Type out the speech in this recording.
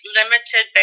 limited